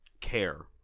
care